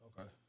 Okay